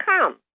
come